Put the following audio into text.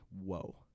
whoa